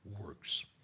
works